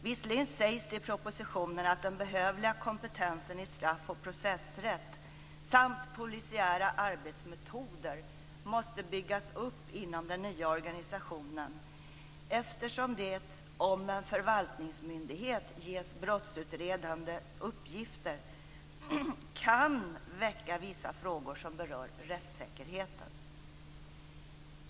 Visserligen sägs det i propositionen att den behövliga kompetensen i straff och processrätt samt polisiära arbetsmetoder måste byggas upp inom den nya organisationen eftersom det, om en förvaltningsmyndighet ges brottsutredande uppgifter, kan väcka vissa frågor som berör rättssäkerheten.